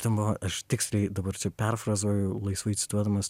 ten buvo aš tiksliai dabar čia perfrazuoju laisvai cituodamas